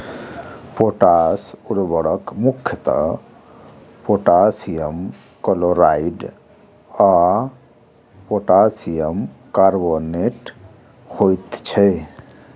potash उर्वरक मुख्यतः potassium chloride आ पोटासियम कार्बोनेट होइत छै